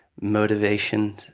motivation